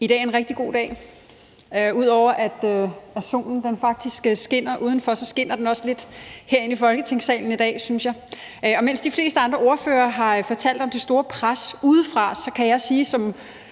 I dag er en rigtig god dag. Ud over at solen faktisk skinner udenfor, skinner den også lidt herinde i Folketingssalen i dag, synes jeg. Og mens de fleste andre ordførere har fortalt om det store pres udefra, kan jeg som